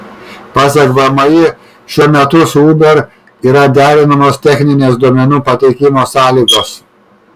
pasak vmi šiuo metu su uber yra derinamos techninės duomenų pateikimo sąlygos